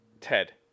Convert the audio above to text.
ted